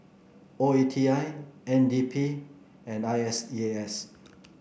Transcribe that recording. O E T I N D P and I S E A S